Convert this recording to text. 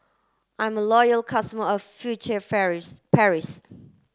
I'm a loyal customer of Furtere Paris